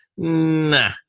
Nah